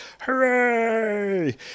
Hooray